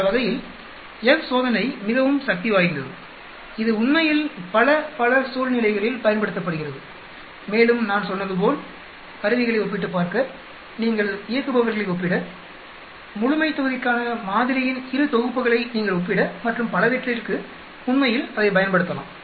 அந்த வகையில் F சோதனை மிகவும் சக்தி வாய்ந்தது இது உண்மையில் பல பல சூழ்நிலைகளில் பயன்படுத்தப்படுகிறது மேலும் நான் சொன்னது போல் கருவிகளை ஒப்பிட்டுப் பார்க்க நீங்கள் இயக்குபவர்களை ஒப்பிட முழுமைத்தொகுதிக்கான மாதிரியின் இரு தொகுப்புகளை நீங்கள் ஒப்பிட மற்றும் பலவற்றிற்கு உண்மையில் அதைப் பயன்படுத்தலாம்